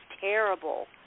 terrible